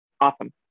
awesome